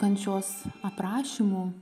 kančios aprašymu